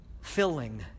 filling